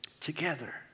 Together